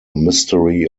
mystery